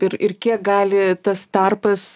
ir ir kiek gali tas tarpas